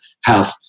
health